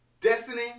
destiny